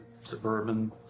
Suburban